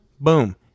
boom